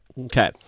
Okay